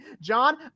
john